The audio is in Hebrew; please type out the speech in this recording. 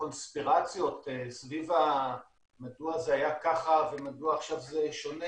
קונספירציות סביב מדוע זה היה ככה ומדוע עכשיו זה שונה